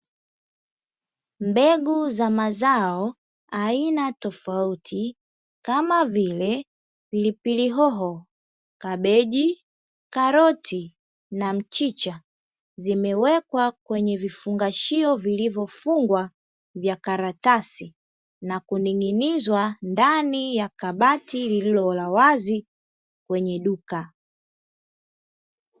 Mbegu za mazao za aina tofauti, kama vile pilipili hoho, kabichi, karoti na mchicha; zimewekwa kwenye vifungashio vilivyofungwa vya karatasi, na kuvining’inizwa ndani ya kabati lililo la wazi kwenye duka.